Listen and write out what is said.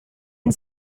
and